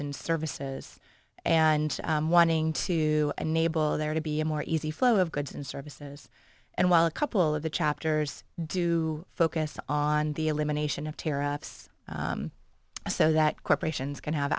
and services and wanting to enable there to be a more easy flow of goods and services and while a couple of the chapters do focus on the elimination of tariffs so that corporations can have